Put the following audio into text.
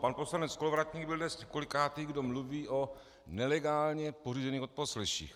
Pan poslanec Kolovratník byl dnes kolikátý, který mluví o nelegálně pořízených odposleších.